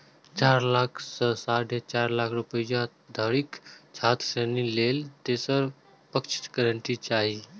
चारि लाख सं साढ़े सात लाख रुपैया धरिक छात्र ऋण लेल तेसर पक्षक गारंटी चाही